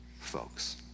folks